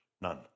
None